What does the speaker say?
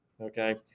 Okay